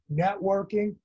networking